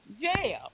jail